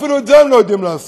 אפילו את זה הם לא יודעים לעשות.